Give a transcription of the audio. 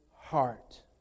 heart